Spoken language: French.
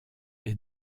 est